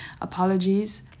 Apologies